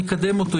נקדם אותו.